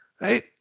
right